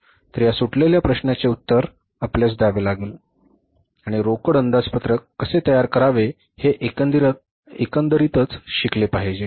तर या सुटलेल्या प्रश्नाचे उत्तर आपल्यास द्यावे लागेल आणि रोकड अंदाजपत्रक कसे तयार करावे हे एकंदरीतच शिकले पाहिजे